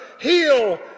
heal